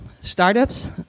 Startups